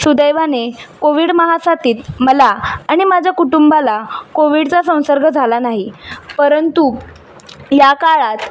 सुदैवाने कोविड महासाथीत मला आणि माझ्या कुटुंबाला कोविडचा संसर्ग झाला नाही परंतु या काळात